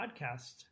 podcast